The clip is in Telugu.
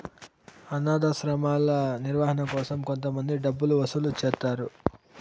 అనాధాశ్రమాల నిర్వహణ కోసం కొంతమంది డబ్బులు వసూలు చేస్తారు